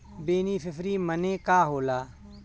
Beneficiary मने का होला?